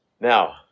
Now